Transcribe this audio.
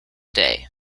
day